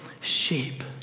sheep